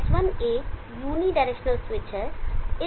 S1 एक unidirectional switch है